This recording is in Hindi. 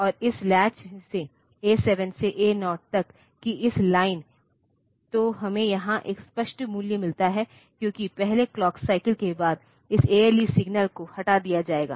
और इस लैच से A 7 से A 0 तक की इस लाइन तो हमें यहां एक स्पष्ट मूल्य मिलता है क्योंकि पहले क्लॉक साइकिल के बाद इस ALE सिग्नल को हटा दिया जाएगा